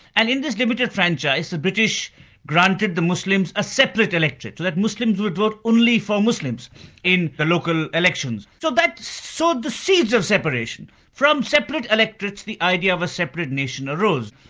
and in this limited franchise, the british granted the muslims a separate electorate, where muslims would vote only for muslims in the local elections. so that sowed the seeds of separation. from separate electorates the idea of a separate nation arose.